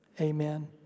Amen